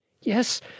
Yes